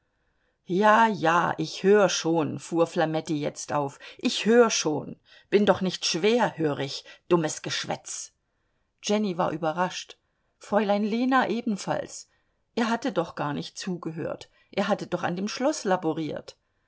ja ja ich hör schon fuhr flametti jetzt auf ich hör schon bin doch nicht schwerhörig dummes geschwätz jenny war überrascht fräulein lena ebenfalls er hatte doch gar nicht zugehört er hatte doch an dem schloß laboriert